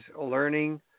learning